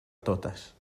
totes